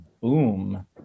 boom